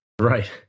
right